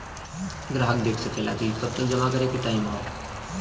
ग्राहक देख सकेला कि कब तक जमा करे के टाइम हौ